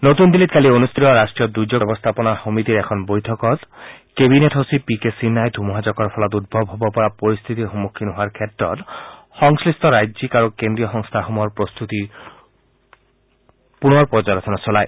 নতুন দিল্লীত কালি অনুষ্ঠিত ৰাষ্ট্ৰীয় দুৰ্যোগ ব্যৱস্থাপনা কমিটিৰ এখন বৈঠকত কেবিনেট সচিব পি কে সিন্হাই ধুমুহাজাকৰ ফলত উদ্ভৱ হ'ব পৰা পৰিস্থিতিৰ সন্মুখীন হোৱাৰ ক্ষেত্ৰত সংশ্লিষ্ট ৰাজ্যিক আৰু কেজ্ৰীয় সংস্থাসমূহৰ প্ৰস্ত্তিৰ পুনৰ পৰ্যালোচনা চলায়